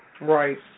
Right